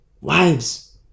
Wives